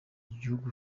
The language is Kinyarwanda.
gihugu